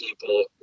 people